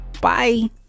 Bye